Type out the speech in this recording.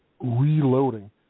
reloading